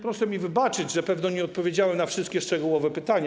Proszę mi wybaczyć, że pewnie nie odpowiedziałem na wszystkie szczegółowe pytania.